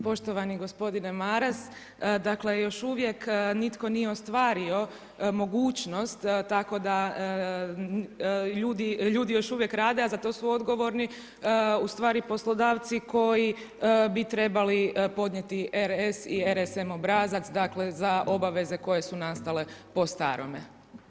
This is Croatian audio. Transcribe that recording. Poštovani gospodine Maras, dakle još uvijek nitko nije ostvario mogućnost tako da ljudi još uvijek rade a za to su odgovorni ustavi poslodavci koji bi trebali podnijeti RS i RSM obrazac, dakle za obaveze koje su nastale po starome.